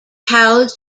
housed